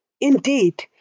Indeed